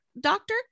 doctor